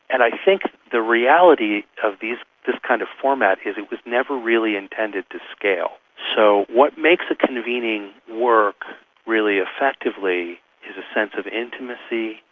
and i think the reality of this kind of format is it was never really intended to scale. so what makes a convening work really effectively is a sense of intimacy,